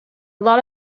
lot